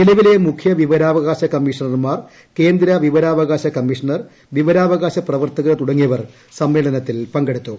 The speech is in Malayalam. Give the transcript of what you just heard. നിലവിലെ മുഖ്യ വിവരാവകാശ്ശ ി ക്മ്മീഷണർമാർ കേന്ദ്ര വിവരാവകാശ കമ്മീഷണർ പ്രവിവരാവകാശ പ്രവർത്തകർ തുടങ്ങിയവർ സമ്മേളനത്തിൽ പ്പങ്കെടുക്കുന്നു